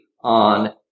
on